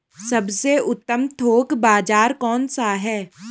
सबसे उत्तम थोक बाज़ार कौन सा है?